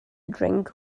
drink